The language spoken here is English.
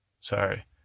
sorry